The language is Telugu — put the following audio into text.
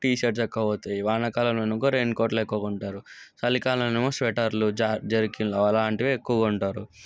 టీషర్ట్స్ ఎక్కువ పోతాయి వానకాలంలో ఏమో రైన్ కోట్లు ఎక్కువ కొంటారు చలికాలంలో ఏమో స్వెటర్లు జ జెర్కీన్లు అలాంటివి ఎక్కువ కొంటారు